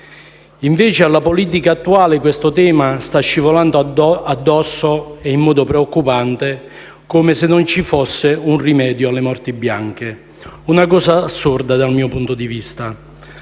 Invece alla politica attuale questo tema sta scivolando addosso in modo preoccupante, come se non ci fosse un rimedio alle morti bianche. Dal mio punto di vista,